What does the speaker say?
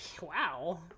Wow